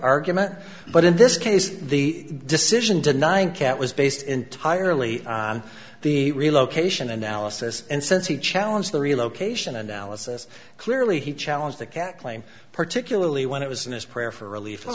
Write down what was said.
argument but in this case the decision denying cat was based entirely on the relocation analysis and since he challenge the relocation analysis clearly he challenged the can't claim particularly when it was in his prayer for relief